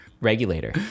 regulator